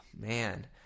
man